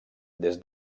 des